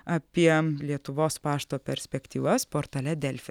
apie lietuvos pašto perspektyvas portale delfi